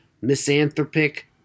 Misanthropic